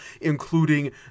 including